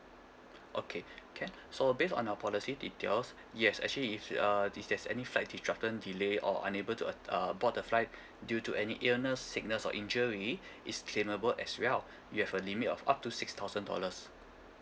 okay can so based on our policy details yes actually if sh~ uh this there's any flight disruption delay or unable to uh uh board the flight due to any illness sickness or injury is claimable as well you have a limit of up to six thousand dollars